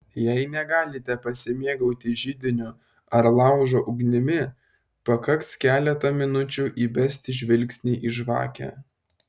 jei negalite pasimėgauti židinio ar laužo ugnimi pakaks keletą minučių įbesti žvilgsnį į žvakę